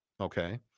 Okay